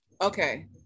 okay